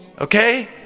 Okay